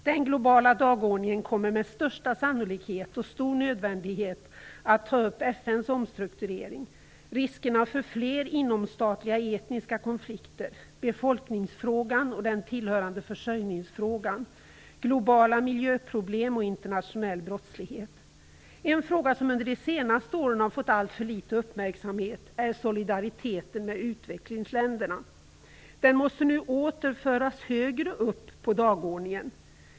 Den globala dagordningen kommer med största sannolikhet och stor nödvändighet att ta upp FN:s omstrukturering, riskerna för fler inomstatliga etniska konflikter, befolkningsfrågan och den tillhörande försörjningsfrågan, globala miljöproblem och internationell brottslighet. En fråga som under de senaste åren har fått alltför litet uppmärksamhet är solidariteten med utvecklingsländerna. Den måste nu åter föras högre upp på dagordningen.